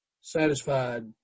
satisfied